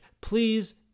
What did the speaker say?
Please